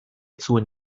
zuen